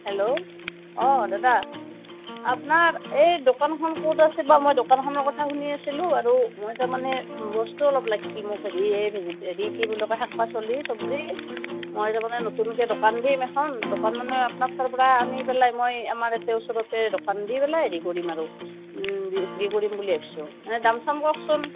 hello হয় দাদা আপোনাৰ এই দোকানখন ক'ত আছে বা মই দোকানখনৰ কথা শুনি আছিলোঁ আৰু মই তাৰ মানে বস্তু অলপ লাগছিল মোক হেৰি কি বুলি কয় শাক পাচলি চব্জি মই তাৰ মানে নতুনকৈ দোকান দিম এখন দোকান মানে আপোনাৰ তাৰপৰা আনি পেলাই মই আমাৰ তাতে ওচৰতে দোকান দি পেলাই কৰিম আৰু বিক্ৰী কৰিম বুলি ভাবিছোঁ আপোনাৰ দাম চাম কওকচোন